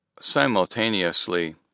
simultaneously